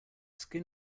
skin